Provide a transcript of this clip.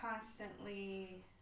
constantly